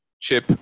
Chip